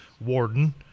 warden